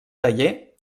taller